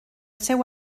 seu